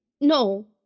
No